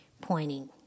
pointing